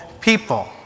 people